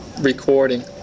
recording